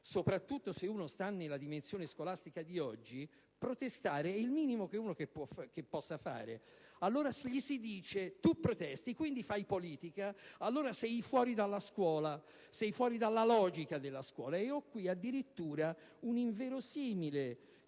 soprattutto se uno sta nella dimensione scolastica di oggi, protestare è il minimo che si possa fare. Allora gli si dice: tu protesti, quindi fai politica; allora sei fuori dalla logica della scuola. Ho qui addirittura una inverosimile